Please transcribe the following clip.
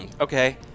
Okay